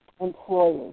employers